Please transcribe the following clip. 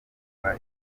bya